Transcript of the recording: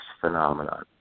phenomenon